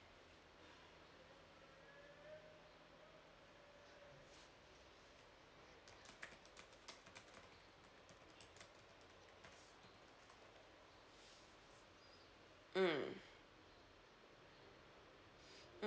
mm